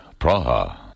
Praha